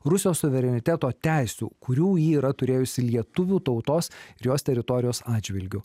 rusijos suvereniteto teisių kurių ji yra turėjusi lietuvių tautos ir jos teritorijos atžvilgiu